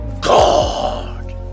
God